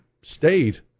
state